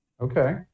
Okay